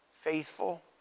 faithful